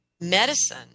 medicine